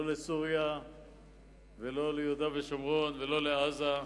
לא לסוריה ולא ליהודה ושומרון ולא לעזה,